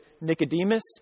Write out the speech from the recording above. Nicodemus